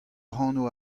anv